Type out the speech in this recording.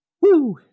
woo